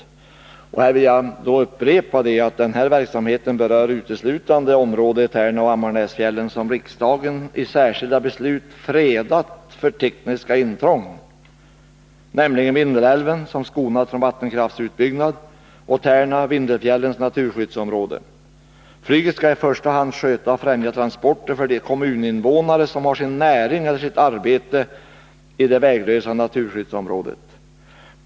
Jag vill upprepa det jag anfört i interpellationen, nämligen att verksamheten uteslutande berör det område i Tärnaoch Ammarnäsfjällen som riksdagen i särskilda beslut ”fredat för tekniskt intrång”, nämligen Vindelälven som skonats från vattenkraftsutbyggnad och Tärna-Vindelfjällens naturskyddsområde. Flyget skall i första hand sköta och främja transporter för de kommuninvånare som har sin näring eller sitt arbete i det väglösa naturskyddsområdet.